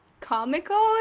comical